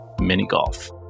Mini-Golf